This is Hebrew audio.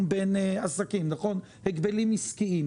אל תציגו את סיפור הקומות הכשרות כהתנהלות רגילה בשוק התקשורת,